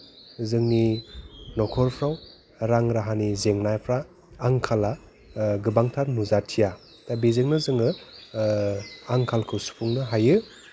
जोंनि न'खरफ्राव रां राहानि जेंनाफ्रा आंखाला गोबांथार नुजाथिया दा बेजोंनो जोङो आंखालखौ सुफुंनो हायो